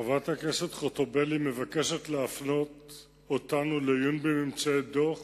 חברת הכנסת חוטובלי מבקשת להפנות אותנו לעיון בממצאי דוח